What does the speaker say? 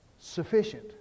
sufficient